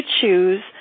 choose